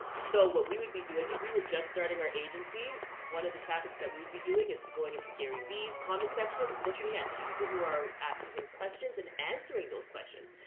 so what we would be doing, if we were just starting our agency, one of the tactics that we would be doing is to going into gary vee's comment section, looking at the people who are asking him questions and answering those questions.